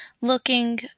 looking